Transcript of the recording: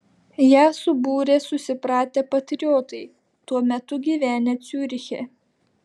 ją subūrė susipratę patriotai tuo metu gyvenę ciuriche